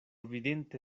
vidinte